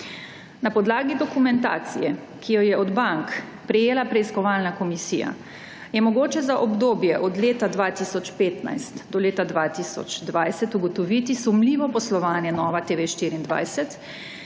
Na podlagi dokumentacije, ki jo je od bank prejela Preiskovalna komisija, je mogoče za obdobje od leta 2015 do leta 2020 ugotoviti sumljivo poslovanje NovaTV24